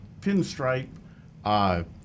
pinstripe